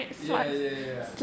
ya ya ya